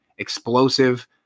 explosive